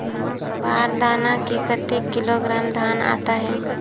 बार दाना में कतेक किलोग्राम धान आता हे?